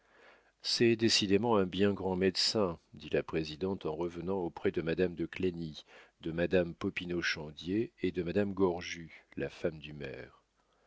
c'est décidément un bien grand médecin dit la présidente en revenant auprès de madame de clagny de madame popinot chandier et de madame gorju la femme du maire